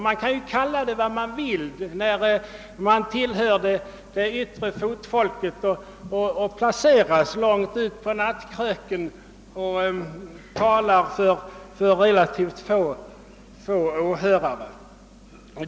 Man kan kalla sig vad man vill, när man tillhör det yttre fotfolket och placeras långt ut på talarlistan och nattetid får tala för få åhörare.